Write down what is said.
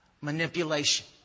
Manipulation